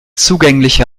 zugängliche